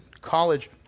college